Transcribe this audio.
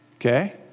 okay